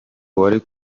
wari